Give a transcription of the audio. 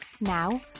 Now